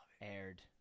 aired